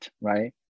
right